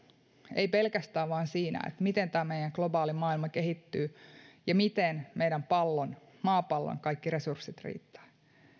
ei pelkästään vain siinä miten tämä meidän globaali maailma kehittyy ja miten meidän maapallon maapallon kaikki resurssit riittävät